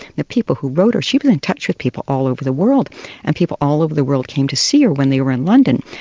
the people who wrote her. she was in touch with people all over the world and people all over the world came to see her when they were in london.